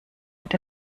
mit